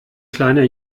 kleiner